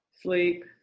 Sleep